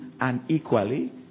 unequally